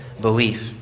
belief